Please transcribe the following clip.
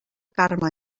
carme